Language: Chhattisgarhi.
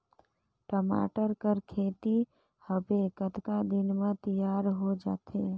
टमाटर कर खेती हवे कतका दिन म तियार हो जाथे?